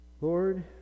Lord